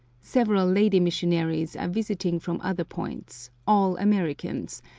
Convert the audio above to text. several lady missionaries are visiting from other points, all americans,